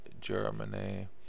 Germany